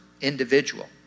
individual